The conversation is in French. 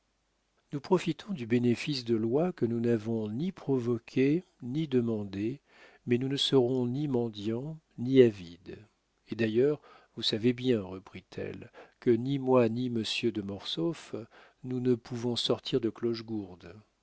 nous profitons du bénéfice de lois que nous n'avons ni provoquées ni demandées mais nous ne serons ni mendiants ni avides et d'ailleurs vous savez bien reprit-elle que ni moi ni monsieur de mortsauf nous ne pouvons sortir de clochegourde